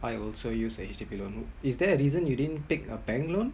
I also use a HDB loan is there a reason you didn't pick a bank loan